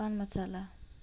পাণ মাচালা